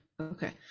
Okay